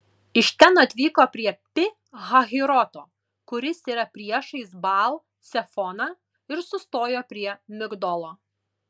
iš ten atvyko prie pi hahiroto kuris yra priešais baal cefoną ir sustojo prie migdolo